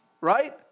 Right